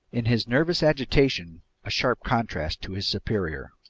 in his nervous agitation a sharp contrast to his superior.